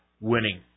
winning